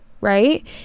right